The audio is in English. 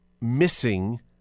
missing